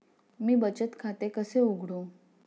मी बचत खाते कसे उघडू?